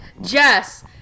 Jess